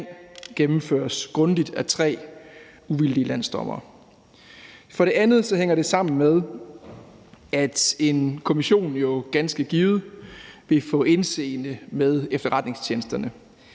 gennemføres grundigt af tre uvildige landsdommere. For det andet hænger det sammen med, at en kommission jo ganske givet vil få indseende med efterretningstjenesterne,